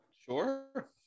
Sure